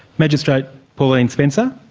magistrate pauline spencer,